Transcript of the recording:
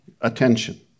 attention